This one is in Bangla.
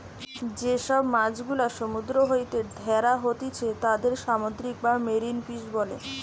যে সব মাছ গুলা সমুদ্র হইতে ধ্যরা হতিছে তাদির সামুদ্রিক বা মেরিন ফিশ বোলে